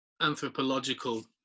anthropological